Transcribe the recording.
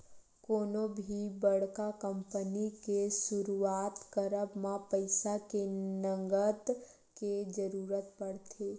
कोनो भी बड़का कंपनी के सुरुवात करब म पइसा के नँगत के जरुरत पड़थे